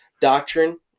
doctrine